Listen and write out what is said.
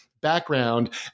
background